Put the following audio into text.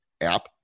App